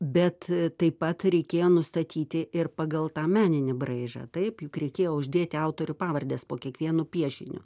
bet taip pat reikėjo nustatyti ir pagal tą meninį braižą taip juk reikėjo uždėti autorių pavardes po kiekvienu piešiniu